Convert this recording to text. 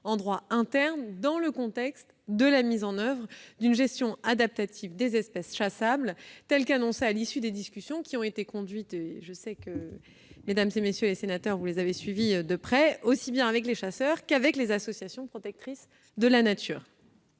en droit interne dans le contexte de la mise en oeuvre d'une gestion adaptative des espèces chassables telle qu'annoncée à l'issue des discussions qui ont été conduites- et suivies de près au Sénat -, aussi bien avec les chasseurs qu'avec les associations protectrices de la nature.